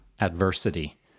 adversity